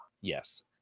Yes